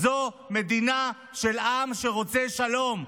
זו מדינה של עם שרוצה שלום.